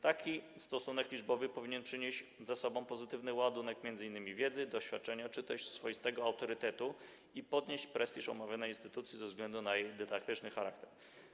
Taki stosunek liczbowy powinien przynieść ze sobą pozytywny ładunek m.in. wiedzy, doświadczenia czy też swoistego autorytetu i podnieść prestiż omawianej instytucji ze względu na jej dydaktyczny charakter.